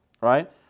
right